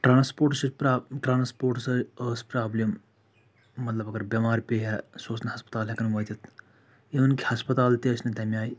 ٹرٛانسپوٹٕچ پرٛا ٹرٛانسپوٹسَے ٲس پرٛابلِم مطلب اَگر بٮ۪مار پیٚیہِ ہہ سُہ اوس نہٕ ہسپتال ہٮ۪کان وٲتِتھ اِوٕن کہِ ہَسپتال تہِ ٲسۍ نہٕ تَمہِ آیہِ